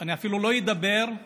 אני אפילו לא אדבר על